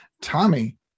Tommy